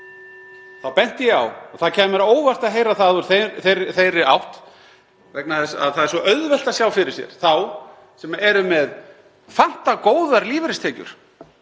Þá benti ég á að það kæmi mér á óvart að heyra það úr þeirri átt vegna þess að það er svo auðvelt að sjá fyrir sér að þeir sem eru með fantagóðar lífeyristekjur